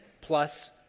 plus